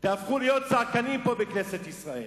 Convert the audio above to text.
תהפכו להיות צעקנים פה בכנסת ישראל.